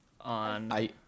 on